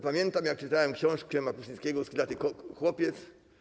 Pamiętam, jak czytałem książkę Makuszyńskiego „Skrzydlaty chłopiec”